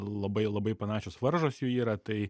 labai labai panašios varžos jų yra tai